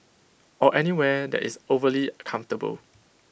or anywhere that is overly comfortable